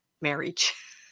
marriage